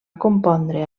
compondre